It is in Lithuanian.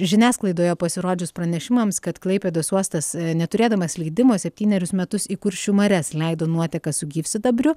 žiniasklaidoje pasirodžius pranešimams kad klaipėdos uostas neturėdamas leidimo septynerius metus į kuršių marias leido nuotekas su gyvsidabriu